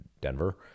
Denver